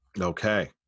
Okay